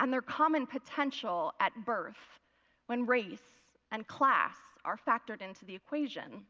and their common potential at birth when race and class are factored into the equation.